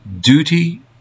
duty